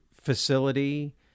facility